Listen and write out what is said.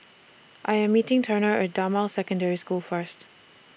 I Am meeting Turner At Damai Secondary School First